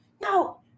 No